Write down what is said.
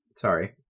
Sorry